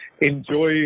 enjoy